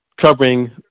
covering